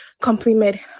compliment